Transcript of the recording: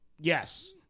Yes